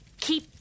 keep